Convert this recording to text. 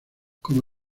como